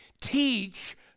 teach